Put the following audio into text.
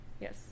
Yes